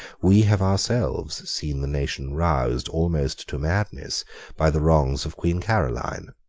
we have ourselves seen the nation roused almost to madness by the wrongs of queen caroline.